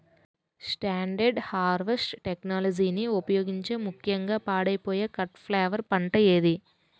Standard harvest టెక్నాలజీని ఉపయోగించే ముక్యంగా పాడైపోయే కట్ ఫ్లవర్ పంట ఏది?